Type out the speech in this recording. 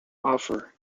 offer